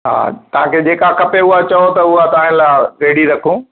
हा तव्हां खे जेका खपे उहो चओ त उहा तव्हां जे लाइ रेडी रखूं